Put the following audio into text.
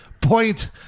point